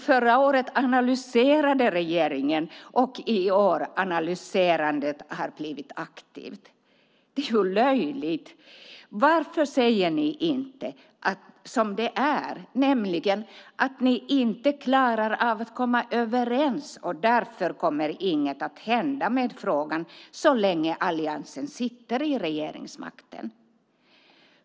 Förra året analyserade regeringen alltså, och i år har analyserandet blivit aktivt. Det är ju löjligt! Varför säger ni inte som det är, nämligen att ni inte klarar av att komma överens och därför kommer inget att hända med frågan så länge Alliansen innehar regeringsmakten?